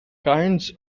kinds